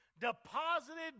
Deposited